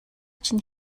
чинь